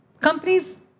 companies